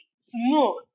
smooth